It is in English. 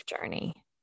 journey